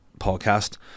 podcast